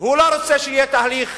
הוא לא רוצה שיהיה תהליך